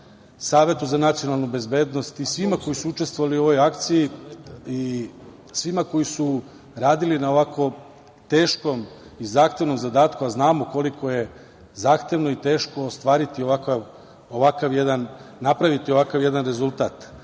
Savetu za nacionalnu bezbednost i svima koji su učestvovali u ovoj akciji i svima koji su radili na ovako teškom i zahtevnom zadatku, a znamo koliko je zahtevno i teško napraviti ovakav jedan rezultat